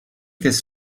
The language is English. this